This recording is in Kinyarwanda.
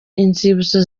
inzibutso